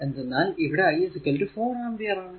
എന്തെന്നാൽ ഇവിടെ I 4 ampere ആണ്